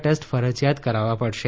test ફરજિયાત કરાવવા પડશે